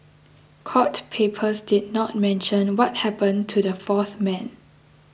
court papers did not mention what happened to the fourth man